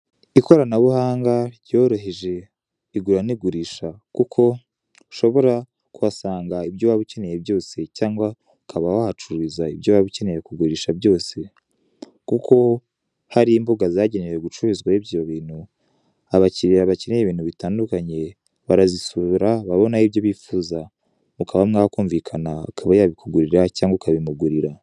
Ikoranabuhanga ryoroheje igura n'igurisha kuko ushobora kuhasanga ibyo ukeneye byose cyangwa ukaba wahacururiza ibyo waba ukeneye kugurisha byose kuko hari imbuga zagenewe gucururizwaho ibyo bintu, abakiriya bakenye bakeneye ibintu bitandukanye barazisura babonaho ibyo bifuza mukaba mwakumvukana akaba yabikugurira cyangwa ukabimugurira.